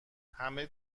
همه